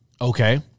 Okay